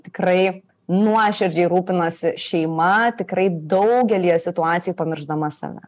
tikrai nuoširdžiai rūpinasi šeima tikrai daugelyje situacijų pamiršdama save